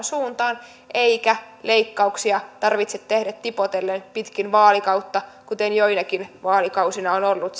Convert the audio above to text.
suuntaan eikä leikkauksia tarvitse tehdä tipoitellen pitkin vaalikautta kuten joinakin vaalikausina on ollut